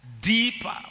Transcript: deeper